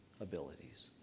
abilities